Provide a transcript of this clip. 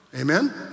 Amen